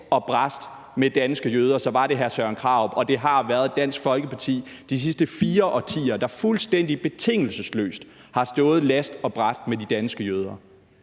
og brast med de danske jøder, så var det hr. Søren Krarup, og det har i de sidste fire årtier været Dansk Folkeparti, der fuldstændig betingelsesløst har stået last og brast med de danske jøder.